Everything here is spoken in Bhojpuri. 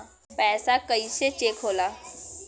पैसा कइसे चेक होला?